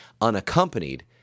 unaccompanied